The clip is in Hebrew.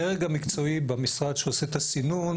הדרג המקצועי במשרד שעושה את הסינון,